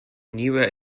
nearer